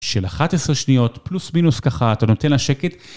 של 11 שניות פלוס מינוס ככה אתה נותן לה שקט.